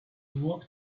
walked